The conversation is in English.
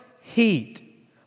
heat